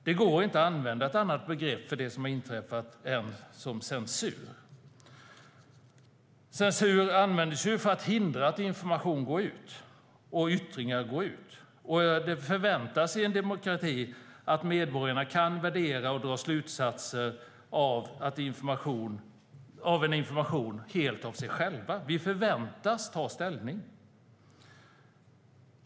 Det går inte att använda ett annat begrepp för det som har inträffat än censur. Censur används för att hindra information och yttringar att gå ut. Det förväntas i en demokrati att medborgarna kan värdera och dra slutsatser av information helt av sig själva. Vi förväntas ta ställning.